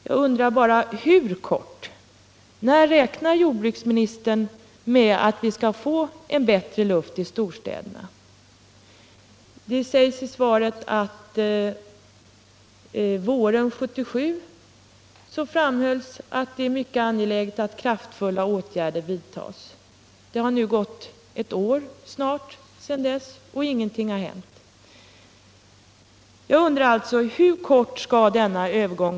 Jag undrar bara: Hur kort? När räknar jordbruksministern med att vi skall få bättre luft i storstäderna? Det sägs i svaret att våren 1977 framhölls att det är mycket angeläget att kraftfulla åtgärder vidtas. Det har snart gått ett år sedan dess, och ingenting har hänt.